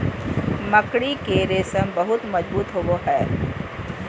मकड़ी के रेशम बहुत मजबूत होवो हय